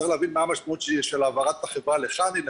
צריך להבין מה המשמעות של העברת החברה לחנ"י,